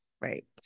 right